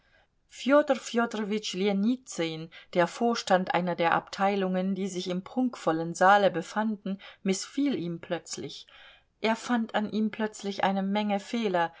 fjodor fjodorowitsch ljenizyn der vorstand einer der abteilungen die sich im prunkvollen saale befanden mißfiel ihm plötzlich er fand an ihm plötzlich eine menge fehler